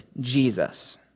Jesus